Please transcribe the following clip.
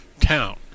town